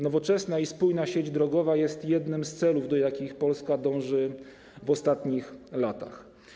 Nowoczesna i spójna sieć drogowa jest jednym z celów, do jakich Polska dąży w ostatnich latach.